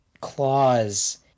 claws